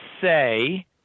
say